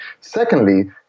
Secondly